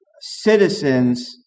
citizens